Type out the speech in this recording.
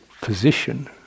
position